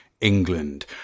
England